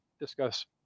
discuss